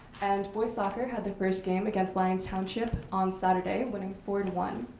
and boys' soccer had their first game against lions township on saturday, winning four to one.